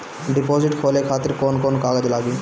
Deposit खोले खातिर कौन कौन कागज लागी?